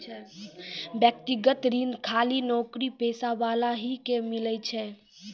व्यक्तिगत ऋण खाली नौकरीपेशा वाला ही के मिलै छै?